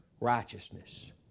righteousness